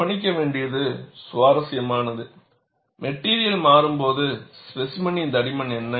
கவனிக்க வேண்டியது சுவாரஸ்யமானது மெட்டிரியல் மாறும்போது ஸ்பேசிமெனின் தடிமன் என்ன